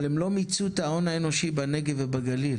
אבל הם לא מיצו את ההון האנושי בנגב ובגליל,